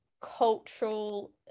cultural